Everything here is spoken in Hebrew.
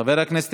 חבר הכנסת